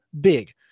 Big